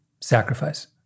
sacrifice